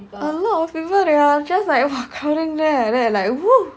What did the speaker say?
a lot of people they are just like crowding there then I like !wow!